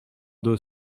deux